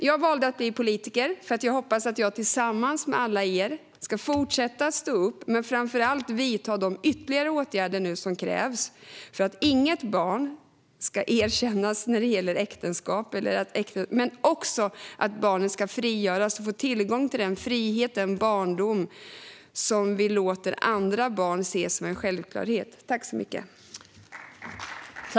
Jag valde att bli politiker för att jag hoppas att jag tillsammans med alla er ska fortsätta att stå upp för, men framför allt vidta de ytterligare åtgärder som nu krävs för, att inget äktenskap som gäller barn ska erkännas. Barnet ska också frigöras och få tillgång till den frihet och barndom som vi låter andra barn se som en självklarhet.